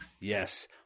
yes